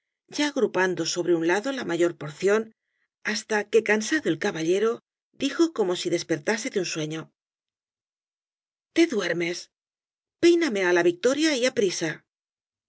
ya agrupando sobre un lado la mayor porción hasta que cansado el caballero dijo como si despertase de un sueño te duermes péiname á la victoria y aprisa